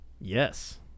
Yes